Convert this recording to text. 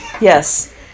Yes